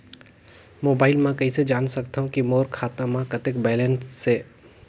Mobile म कइसे जान सकथव कि मोर खाता म कतेक बैलेंस से?